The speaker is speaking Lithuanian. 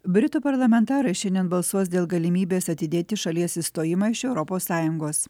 britų parlamentarai šiandien balsuos dėl galimybės atidėti šalies išstojimą iš europos sąjungos